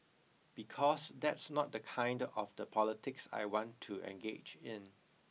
because that's not the kind of the politics I want to engage in